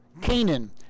Canaan